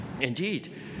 Indeed